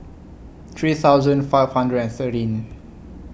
three thousand five hundred and thirteen